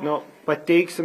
nu pateiksim